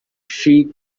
she